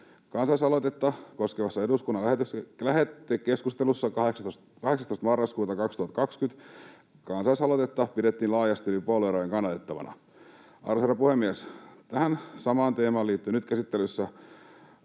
Kansalaisaloitetta koskevassa eduskunnan lähetekeskustelussa 18. marraskuuta 2020 kansalaisaloitetta pidettiin laajasti yli puoluerajojen kannatettavana. Arvoisa herra puhemies! Tähän samaan teemaan liittyvät nyt käsittelyssä